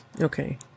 Okay